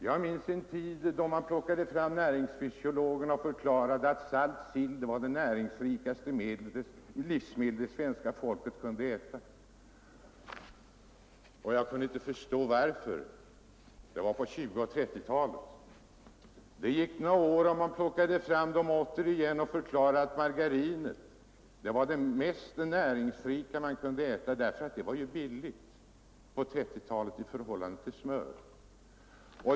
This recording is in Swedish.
Jag minns en tid då man plockade fram näringsfysiologerna, som förklarade att salt sill var den näringsrikaste mat det svenska folket kunde äta — men jag kunde inte förstå varför. Det var på 1920 och 1930-talen. Det gick några år, och man plockade fram dem återigen för att förklara att margarinet var det mest näringsrika folk kunde äta, eftersom det ju på 1930-talet var billigt i förhållande till smöret.